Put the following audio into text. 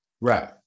Right